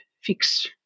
fix